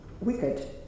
wicked